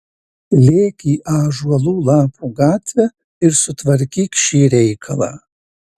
lėk į ąžuolų lapų gatvę ir sutvarkyk šį reikalą